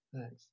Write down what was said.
Thanks